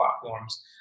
platforms